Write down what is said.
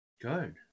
Good